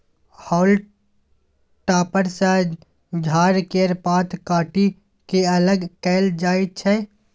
हाउल टॉपर सँ झाड़ केर पात काटि के अलग कएल जाई छै